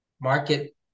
Market